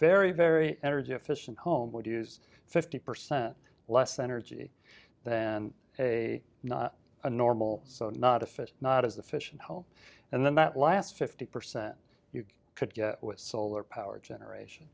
very very energy efficient home would use fifty percent less energy than a not a normal so not a fish not as efficient whole and then that last fifty percent you could get with solar power generation